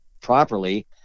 properly